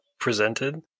presented